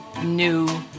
new